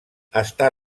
està